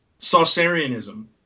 Saucerianism